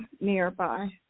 nearby